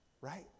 Right